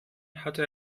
hatte